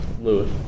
Lewis